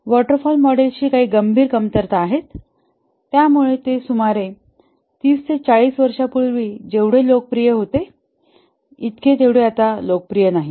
water fall मॉडेलची काही गंभीर कमतरता आहेत त्यामुळे ते सुमारे 30 40 वर्षांपूर्वी जेवढे लोकप्रिय होते इतके तेवढे आता लोकप्रिय नाहीत